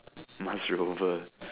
munch rover